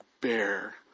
bear